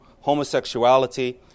homosexuality